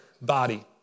body